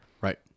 right